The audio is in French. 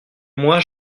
mois